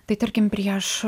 tai tarkim prieš